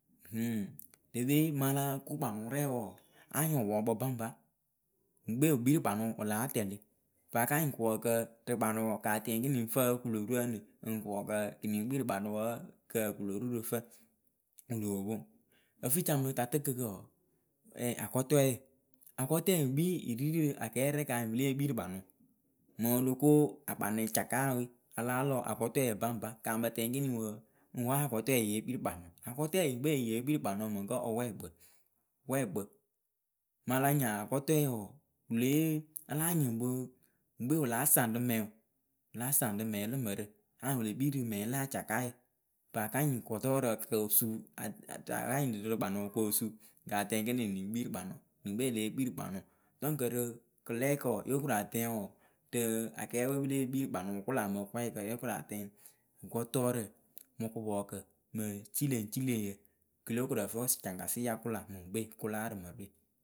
Mɔŋ oloko akpanʊ cakaawe a láa lɔ akɔtɔɛ baŋba kamɨtɛŋ ikiniŋ wɔɔ ŋ wǝ akɔtɔɛ yee kpii rɨ kpanʊ. Akɔtɔɛ yɨŋ kpɛ yee kpii rɨ kpanʊ mɨŋkǝ ǝwɛɛkpǝ. wɛɛkpǝ malanyɩŋ akɔtɔɛ wɔɔ wɨlee alanyɩŋkpɨ wɨŋkpe wɨla saŋɖɨ mɛŋwʊ wɨla saŋɖɨ mɛŋ lǝ mǝrǝ anyɩŋ wɨ le kpii rɨ mɛŋ la acakayǝ Paaka nyɩŋ gɔtɔɔrǝ koo suu a ka nyɩŋ ɖɨ rɨ kpanʊ koo suu katɛŋ ǝkǝnɨŋ lɨŋ kpii rɨ kpanʊ. rɨŋkpɛ leh kpirɨ kpanʊ. Dɔŋkǝ rɨ kɨlɛɛkǝ wɔɔ yokoratɛŋ wɔɔ rɨ akɛɛpɨwe pɨ leh kpirɨ kpanʊ kʊla mɨ kɨwɛɛkǝ wɔɔ yokoratɛŋ: gɔtɔɔrǝ mɨ kɨpɔɔkǝ mɨ cileŋcileŋyǝ. kɨlo korǝfɨ caŋkasɩ yakʊla ŋwɨŋkpe kʊla rɨ mǝrɨ we.